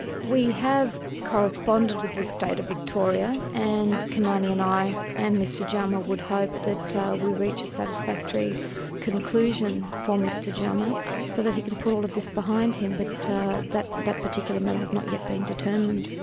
we have corresponded with the state of victoria and kimani and i and mr jama would hope that we reach a satisfactory conclusion for mr jama so that he can put all of this behind him. but that that particular matter has not yet been determined.